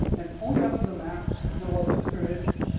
and only after the map know where the center is,